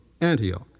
Antioch